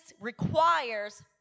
requires